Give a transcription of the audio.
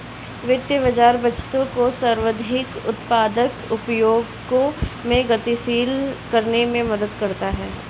वित्तीय बाज़ार बचतों को सर्वाधिक उत्पादक उपयोगों में गतिशील करने में मदद करता है